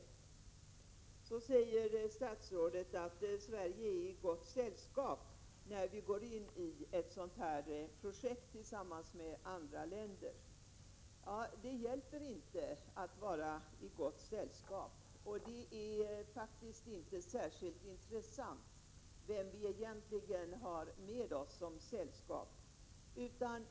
Statsrådet säger vidare att Sverige är i gott sällskap när vi går in i ett sådant här projekt tillsammans med andra länder. Det hjälper inte att vara i gott sällskap. Det är faktiskt inte särskilt intressant vem vi har med oss som sällskap.